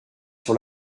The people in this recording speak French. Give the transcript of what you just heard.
sur